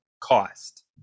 cost